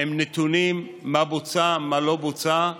עם נתונים, מה בוצע ומה לא בוצע.